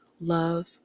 love